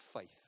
faith